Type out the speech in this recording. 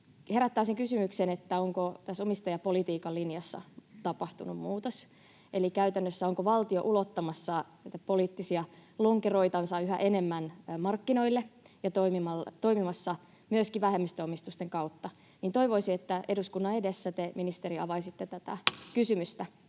herättää sen kysymyksen, onko tässä omistajapolitiikan linjassa tapahtunut muutos. Eli käytännössä: onko valtio ulottamassa näitä poliittisia lonkeroitansa yhä enemmän markkinoille ja toimimassa myöskin vähemmistöomistusten kautta? Toivoisin, että eduskunnan edessä te, ministeri, avaisitte tätä [Puhemies